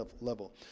level